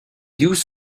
use